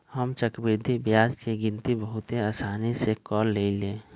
हम चक्रवृद्धि ब्याज के गिनति बहुते असानी से क लेईले